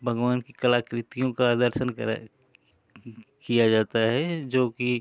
भगवान की कलाकृतियों का दर्शन करा किया जाता है जो कि